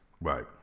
Right